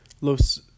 Los